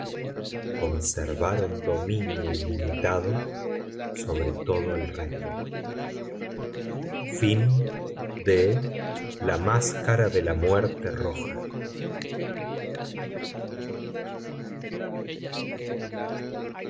conservaron dominio ilimitado sobre todo el reino el crimen de la rue